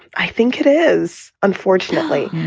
i think it is, unfortunately,